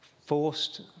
forced